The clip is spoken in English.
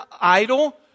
idol